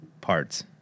parts